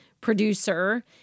producer